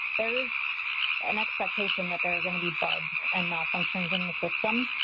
there's an expectation that there are going to be bugs and malfunctions in the system,